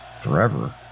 forever